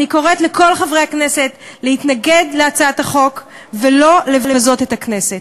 אני קוראת לכל חברי הכנסת להתנגד להצעת החוק ולא לבזות את הכנסת.